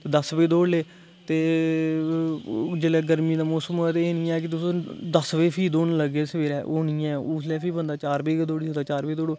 ते दस बजे दौड़ी ले ते जेल्लै गर्मी दा मौसम होऐ ते एह् निं ऐ के तुस दस बजे फ्ही दौड़न लगगे सवेरै ओह् निं ऐ उसलै फ्ही बंदा चार बजे गै दौड़ी सकदा चार बजे दौड़ो